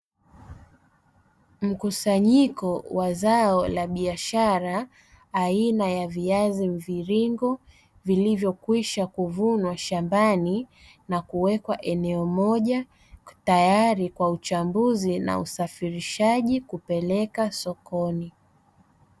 Mkusanyiko wa zao la biashara aina ya viazi mviringo vilivyokwisha kuvunwa shambani, na kuwekwa eneo moja tayari kwa uchambuzi na usafirishaji kupeleka sokoni.